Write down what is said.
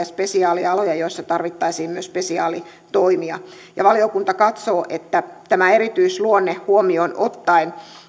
spesiaalialoja joilla tarvittaisiin myös spesiaalitoimia ja valiokunta katsoo että tämä erityisluonne huomioon ottaen